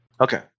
Okay